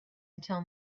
until